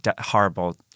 horrible